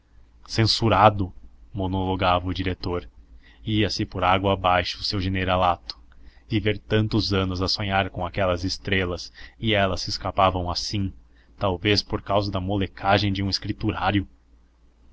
chegar censurado monologava o diretor ia-se por água abaixo o seu generalato viver tantos anos a sonhar com aquelas estrelas e elas se escapavam assim talvez por causa da molecagem de um escriturário